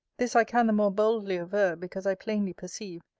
this i can the more boldly aver, because i plainly perceive,